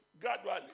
gradually